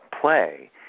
play